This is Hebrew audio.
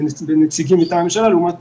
עם נציגים מטעם ממשלה לעומת